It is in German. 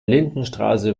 lindenstraße